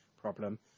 problem